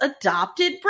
adopted